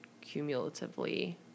cumulatively